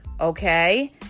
Okay